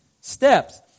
steps